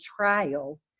trial